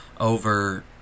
over